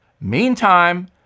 Meantime